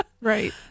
right